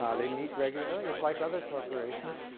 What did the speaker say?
ah they meet regularly. it's like other corporations,